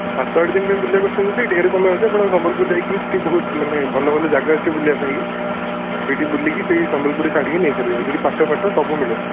ସାତ ଆଠ ଦିନ ପାଇଁ ବୁଲିବାକୁ ଆସିଛନ୍ତି ଟି ଢେର ସମୟ ଅଛି ଆପଣ ସମ୍ବଲପୁର ଯାଇ କିରି ସେଇଠି ବହୁତ ମାନେ ଭଲ ଭଲ ଯାଗା ଅଛି ବୁଲିବା ପାଇଁ ସେଠି ବୁଲିକି ସେହି ସମ୍ବଲପୁରୀ ଶାଢି ବି ନେଇ ପାରିବେ ସେଇଠି ପାଟ ଫାଟ ସବୁ ମିଳେ